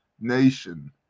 nation